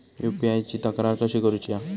UPI ची तक्रार कशी करुची हा?